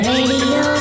Radio